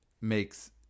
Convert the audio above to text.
makes